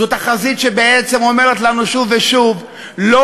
זו תחזית שבעצם אומרת לנו שוב ושוב: לא